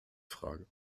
frage